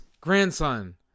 grandson